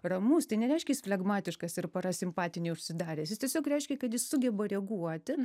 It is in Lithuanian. ramus tai nereiškia jis flegmatiškas ir parasimpatiniai užsidaręs jis tiesiog reiškia kad jis sugeba reaguoti